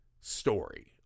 story